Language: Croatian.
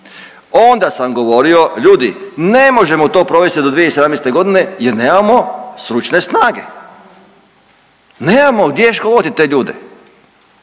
onda sam govorio ljudi ne možemo to provesti do 2017.g. jer nemamo stručne snage, nemamo gdje školovati te ljude.